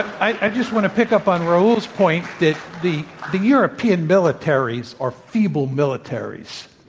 i just want to pick up on reuel's point that the the european militaries are feeble militaries.